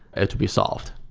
it will be solved.